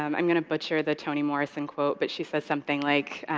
i'm gonna butcher the toni morrison quote, but she says something like,